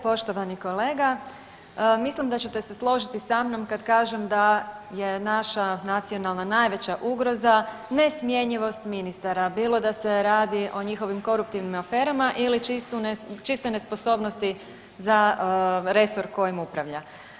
Poštovani kolega, mislim da ćete se složiti sa mnom kad kažem da je naša nacionalna najveća ugroza ne smjenjivost ministara bilo da se radi o njihovim koruptivnim aferama ili čisto nesposobnosti za resor kojim upravlja.